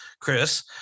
chris